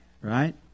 right